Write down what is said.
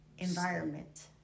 environment